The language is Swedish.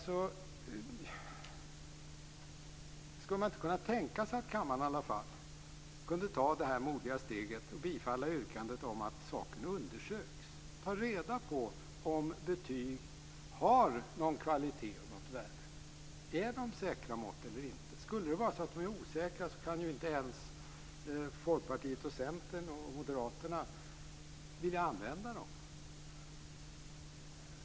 Skulle man inte kunna tänka sig att kammaren åtminstone kunde ta det modiga steget och bifalla yrkandet om att saken undersöks, att man tar reda på om betyg har någon kvalitet och något värde? Är de säkra mått eller inte? Skulle det vara så att de är osäkra kan ju inte ens Folkpartiet, Centern och Moderaterna vilja använda dem.